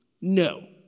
No